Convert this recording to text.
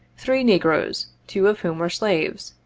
three negroes, two of whom were slaves.